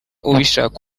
ubishaka